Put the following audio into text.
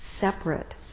separate